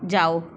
ਜਾਓ